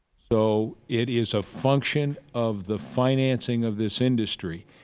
so it is a function of the financing of this industry,